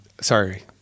Sorry